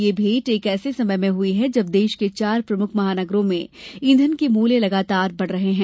ये भेंट एक ऐसे समय में हुई है जब देश के चार प्रमुख महानगरों में ईंधन के मूल्य लगातार बढ़ रहे हैं